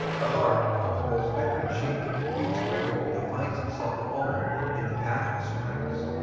the heart of the most veteran sheik beats quicker when he finds himself alone in the pathless tracts.